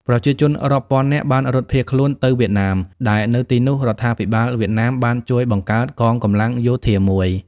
ប្រជាជនរាប់ពាន់នាក់បានរត់ភៀសខ្លួនទៅវៀតណាម ដែលនៅទីនោះ រដ្ឋាភិបាលវៀតណាមបានជួយបង្កើត កងកម្លាំងយោធាមួយ។